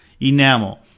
Enamel